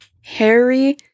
Harry